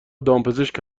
دامپزشک